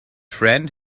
friend